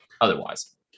otherwise